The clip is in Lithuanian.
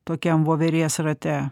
tokiam voverės rate